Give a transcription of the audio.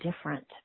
different